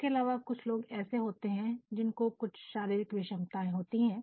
इसके अलावा कुछ लोग ऐसे होते हैं जिनको कुछ शारीरिक विषमता होती है